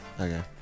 Okay